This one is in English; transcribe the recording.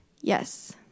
yes